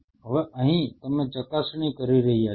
હવે અહીં તમે ચકાસણી કરી રહ્યા છો